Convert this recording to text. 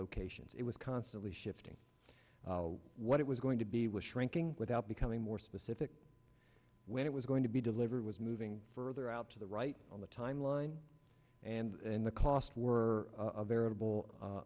locations it was constantly shifting what it was going to be was shrinking without becoming more specific when it was going to be delivered was moving further out to the right on the time line and the cost were a veritable u